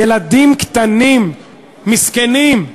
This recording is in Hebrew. ילדים קטנים מסכנים.